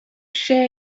share